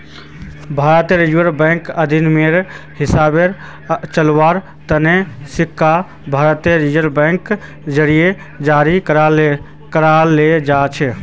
भारतीय Reserve Bank अधिनियमेर हिसाबे चलव्वार तने सिक्का भारतीय रिजर्व बैंकेर जरीए जारी कराल जाछेक